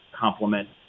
complement